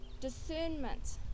Discernment